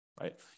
right